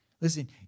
Listen